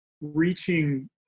reaching